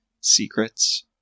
secrets